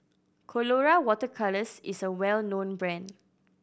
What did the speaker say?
Colora Water Colours is a well known brand